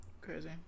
Crazy